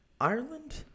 Ireland